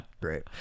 great